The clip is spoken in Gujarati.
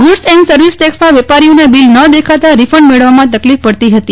ગુડ્સ એન્ડ સર્વિસ ટેક્સમાં વેપારીઓના બીલ ન દેખાતા રીફંડ મેળવવામાં તકલીફ પડતી હતી